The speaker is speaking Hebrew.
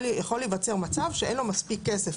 יכול להיווצר מצב שאין לו מספיק כסף